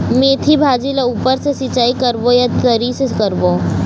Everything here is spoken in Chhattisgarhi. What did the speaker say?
मेंथी भाजी ला ऊपर से सिचाई करबो या तरी से करबो?